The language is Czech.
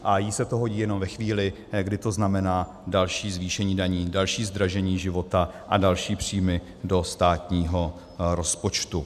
A jí se to hodí jenom ve chvíli, kdy to znamená další zvýšení daní, další zdražení života a další příjmy do státního rozpočtu.